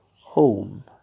Home